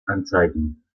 anzeigen